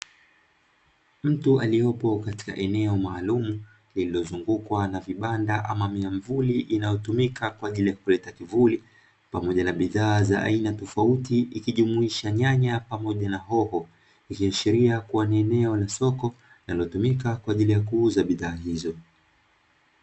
Mtu aliyepo katika eneo maalumu lililozungukwa na vibanda ama miavuli inayotumika kwa ajili ya kuleta kivuli, pamoja na bidhaa za aina tofauti ikijumuisha nyanya pamoja na hoho, ikiashiria kuwa ni eneo la soko linalotumika kwa ajili ya kuuza bidhaa hizo.